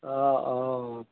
অঁ অঁ